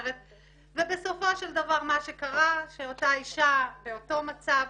ובסופו של דבר מה שקרה שאותה אישה באותו מצב,